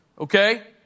Okay